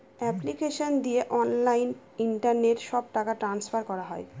application দিয়ে online internet সব টাকা ট্রান্সফার করা হয়